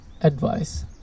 advice